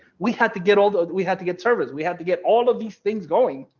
we had to get older, we had to get service, we had to get all of these things going.